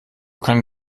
kann